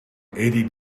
eighty